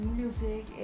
music